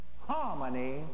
harmony